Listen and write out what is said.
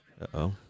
Uh-oh